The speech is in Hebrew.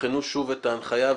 שתבחנו שוב את ההנחיה,